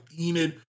Enid